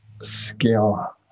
skill